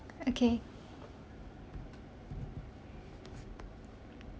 okay